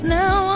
now